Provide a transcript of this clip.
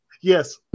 Yes